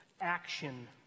action